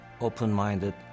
open-minded